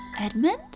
Edmund